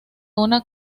una